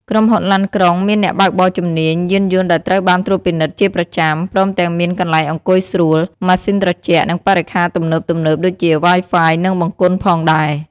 ក្រុមហ៊ុនឡានក្រុងមានអ្នកបើកបរជំនាញ យានយន្តដែលត្រូវបានត្រួតពិនិត្យជាប្រចាំ ព្រមទាំងមានកន្លែងអង្គុយស្រួល ម៉ាស៊ីនត្រជាក់ និងបរិក្ខារទំនើបៗដូចជា Wi-Fi និងបង្គន់ផងដែរ។